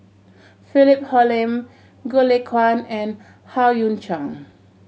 Philip Hoalim Goh Lay Kuan and Howe Yoon Chong